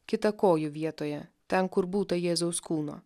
kitą kojų vietoje ten kur būta jėzaus kūno